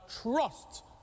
trust